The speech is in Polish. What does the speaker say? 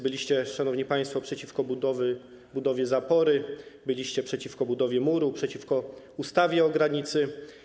Byliście, szanowni państwo, przeciwko budowie zapory, byliście przeciwko budowie muru, przeciwko ustawie o granicy.